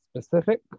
specific